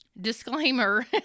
disclaimer